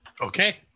Okay